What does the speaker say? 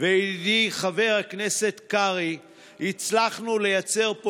וידידי חבר הכנסת קרעי הצלחנו לייצר פה